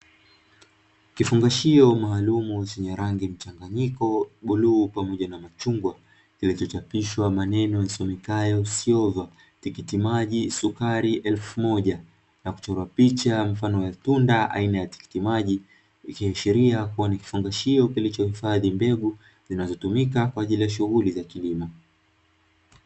Kifungashio maalumu chenye rangi mchanganyiko bluu pamoja na machungwa, kilichochapishwa maneno yasomekayo "SIOVA" tikiti maji sukari elfu moja, na kuchorwa picha mfano wa tunda aina ya tikiti maji; ikiashiria kuwa ni kifungashio kilichohifadhi mbegu zinazotumika kwa ajili ya shughuli za kilimo.